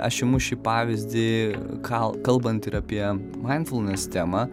aš imu šį pavyzdį kal kalbant ir apie maindfulnes temą